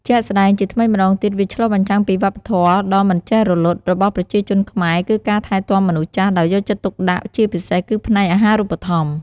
ជាក់់ស្ដែង ជាថ្មីម្ដងទៀតវាឆ្លុះបញ្ចាំងពីវប្បធម៌ដ៏មិនចេះរលត់របស់ប្រជាជនខ្មែរ គឺការថែទាំមនុស្សចាស់ ដោយយកចិត្តទុកដាក់ជាពិសេសគឺផ្នែកអាហារូបត្ថម្ភ។